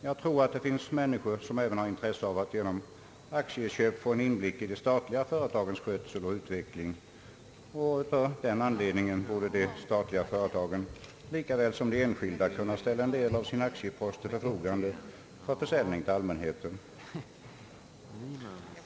Jag tror att det finns människor som även har intresse av att genom aktieköp få en inblick i de statliga företagens skötsel och utveckling. Av denna anledning borde de statliga företagen lika väl som de enskilda kunna ställa en del av sin aktiepost till förfogande för försäljning till allmänheten.